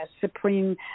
Supreme